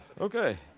okay